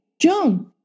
Joan